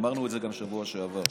אמרנו את זה גם בשבוע שעבר,